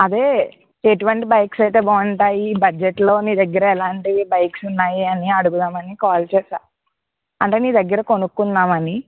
అదే ఎటువంటి బైక్స్ అయితే బాగుంటాయి బడ్జెట్లో నీ దగ్గర ఎలాంటి బైక్స్ ఉన్నాయని అడుగుదామని కాల్ చేసా అంటే నీ దగ్గర కొనుక్కుందామని